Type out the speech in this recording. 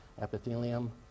epithelium